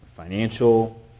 financial